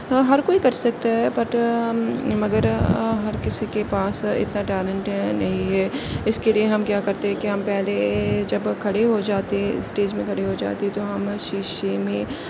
ہر کوئی کر سکتا ہے بٹ مگر ہر کسی کے پاس اتنا ٹیلنٹ نہیں ہے اس کے لیے ہم کیا کرتے ہیں کہ ہم پہلے جب کھڑے ہو جاتے ہے اسٹیج میں کھڑے ہو جاتے ہیں تو ہم شیشے میں